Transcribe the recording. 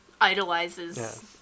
idolizes